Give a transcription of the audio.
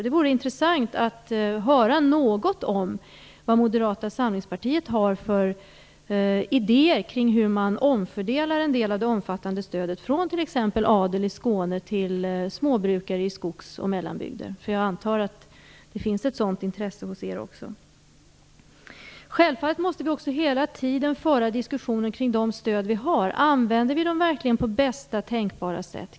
Det vore intressant att höra något om vad Moderata samlingspartiet har för idéer kring hur man omfördelar en del av det omfattande stödet från t.ex. adeln i Skåne till småbrukare i skogs och mellanbygder. Jag antar att det finns ett sådant intresse också hos er. Självfallet måste vi hela tiden föra en diskussion om de stöd som vi har. Används de verkligen på bästa tänkbara sätt?